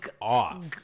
off